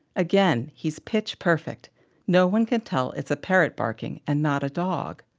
again, he's pitch perfect no one can tell it's a parrot barking and not a dog.